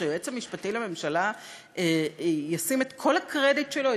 שהיועץ המשפטי לממשלה ישים את כל הקרדיט שלו,